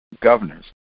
governors